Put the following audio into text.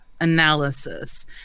analysis